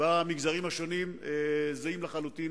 במגזרים השונים, זהים לחלוטין